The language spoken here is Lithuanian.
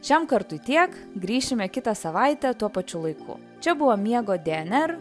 šiam kartui tiek grįšime kitą savaitę tuo pačiu laiku čia buvo miego dnr